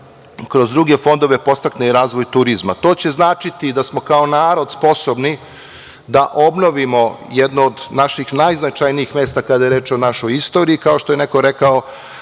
kroz druge fondove podstakne i razvoj turizma. To će značiti da smo kao narod sposobni da obnovimo jedno od naših najznačajnijih mesta kada je reč o našoj istoriji, kao što je neko rekao